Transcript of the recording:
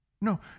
No